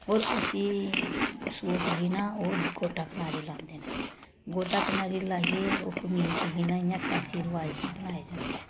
होर उस्सी सूट गी ना ओह् गोटा कनारी लांदे न गोटा कनारी लाइयै ओह् कमीज गी ना इ'यां फैंसी रवाज च बनाया जंदा ऐ